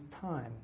time